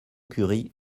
curie